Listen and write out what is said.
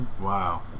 Wow